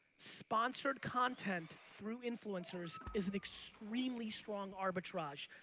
sponsored content through influencers is an extremely strong arbitrage.